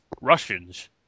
Russians